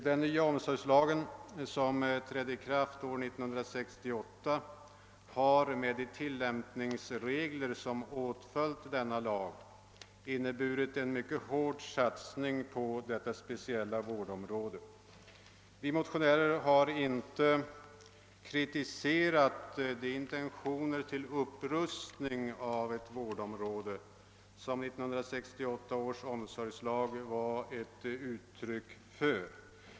Den nya omsorgslagen, som trädde i kraft 1968, har med de tillämpningsregler som åtföljde den inneburit en mycket hård satsning på detta speciella vårdområde. Vi motionärer har inte kritiserat de intentioner till upprustning av ett vårdområde som 1968 års omsorgslag var ett uttryck för.